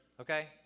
Okay